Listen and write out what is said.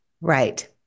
Right